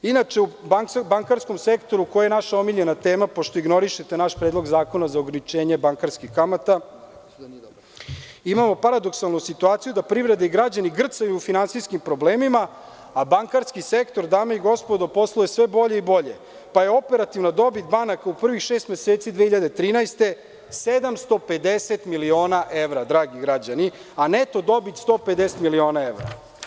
Inače, u bankarskom sektoru, koji je naša omiljena tema, pošto ignorišete naš predlog zakona za ograničenje bankarskih kamata, imamo paradoksalnu situaciju da privreda i građani grcaju u finansijskim problemima, a bankarski sektor posluje sve bolje i bolje, pa je operativna dobit banaka u prvih šest meseci 2013. godine 750 miliona evra, dragi građani, a neto dobit 150 miliona evra.